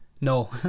no